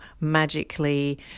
magically